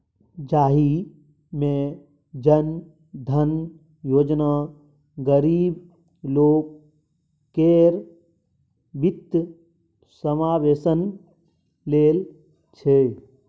जाहि मे जन धन योजना गरीब लोक केर बित्तीय समाबेशन लेल छै